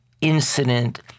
incident